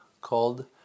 called